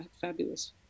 fabulous